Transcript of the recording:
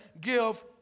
give